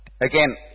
again